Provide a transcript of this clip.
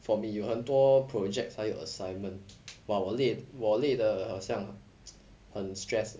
for me 有很多 projects 还有 assignment !wow! 我累累得好像 很 stress